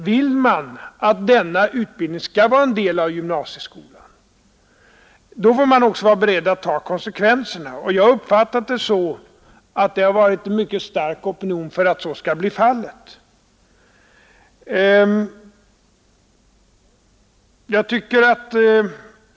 Vill man att denna utbildning skall vara en del av gymnasieskolan får man också vara beredd att ta konsekvenserna, och jag har uppfattat det sä att det har varit en mycket stark opinion för att så skall bli fallet.